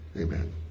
amen